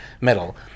metal